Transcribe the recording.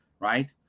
right